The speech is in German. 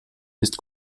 ist